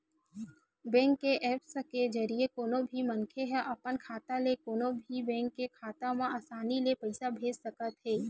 bank के apps के जरिए कोनो भी मनखे ह अपन खाता ले कोनो भी बेंक के खाता म असानी ले पइसा भेज सकत हे